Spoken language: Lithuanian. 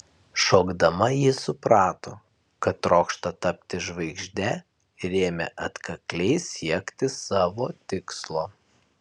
šokdama ji suprato kad trokšta tapti žvaigžde ir ėmė atkakliai siekti savo tikslo